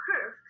curve